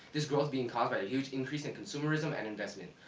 this growth being caused by a huge increase in consumerism and investment.